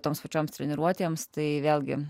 toms pačioms treniruotėms tai vėlgi